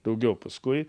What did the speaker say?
daugiau paskui